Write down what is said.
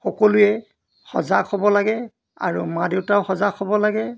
সকলোৱে সজাগ হ'ব লাগে আৰু মা দেউতাও সজাগ হ'ব লাগে